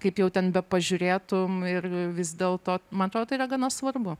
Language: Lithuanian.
kaip jau ten bepažiūrėtum ir vis dėlto man atrodo tai yra gana svarbu